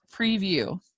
preview